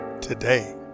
today